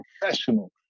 professional